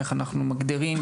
איך אנחנו מגדירים,